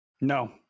No